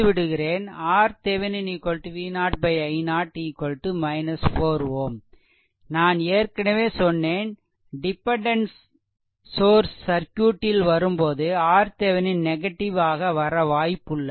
RThevenin V0 i0 4 Ω நான் ஏற்கனவே சொன்னேன் டிபெண்டென்ட் சோர்ஸ் சர்க்யூட்டில் வரும்போது RThevenin நெகடிவ் ஆக வர வாய்ப்புள்ளது